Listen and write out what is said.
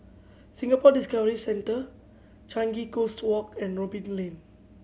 Singapore Discovery Centre Changi Coast Walk and Robin Lane